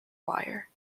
wire